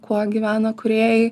kuo gyvena kūrėjai